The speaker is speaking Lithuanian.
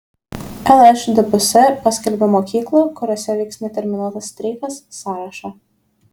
lšdps paskelbė mokyklų kuriose vyks neterminuotas streikas sąrašą